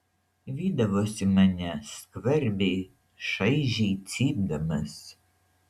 vydavosi mane skvarbiai šaižiai cypdamas